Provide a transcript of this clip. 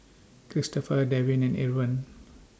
Cristofer Devin and Irven